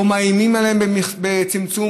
או מאיימים עליהם בצמצום,